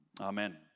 Amen